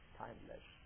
timeless